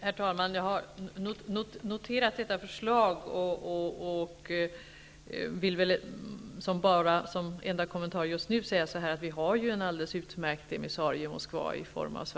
Herr talman! Jag har noterat detta förslag och vill som enda kommentar just nu säga att vi har en alldeles utmärkt emissarie i Moskva i form av